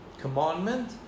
commandment